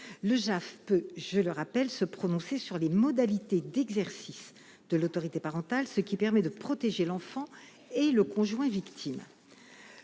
Le JAF peut- je le rappelle -se prononcer sur les modalités d'exercice de l'autorité parentale, ce qui permet de protéger l'enfant et le conjoint victime.